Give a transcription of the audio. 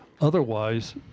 otherwise